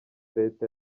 leta